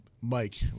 Mike